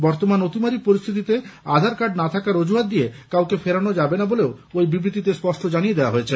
বর্তমান অতিমারী পরিস্থিতিতে আধার কার্ড না থাকার অজুহাত দিয়ে কাউকে ফেরানো যাবে না বলেও ওই বিবৃতিতে ষ্পষ্ট জানিয়ে দেওয়া হয়েছে